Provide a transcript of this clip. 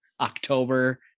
october